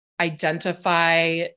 identify